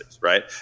right